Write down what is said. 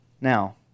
Now